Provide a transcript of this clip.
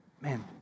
Man